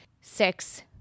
Six